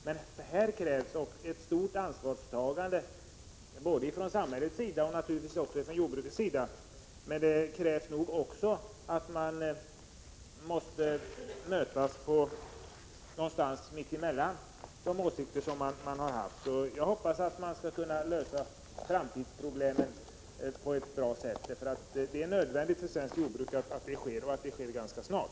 Men här krävs ett stort ansvarstagande både från samhällets sida och från jordbrukets sida. Men det krävs nog också att man möts någonstans mitt emellan de olika åsikterna. Jag hoppas att man skall kunna lösa framtidsproblemen på ett bra sätt. Det är nödvändigt för svenskt jordbruk att detta sker och att det sker ganska snart.